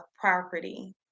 property